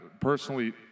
personally